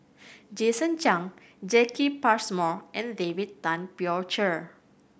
Jason Chan Jacki Passmore and David Tay Poey Cher